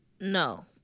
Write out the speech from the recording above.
No